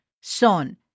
son